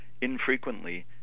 infrequently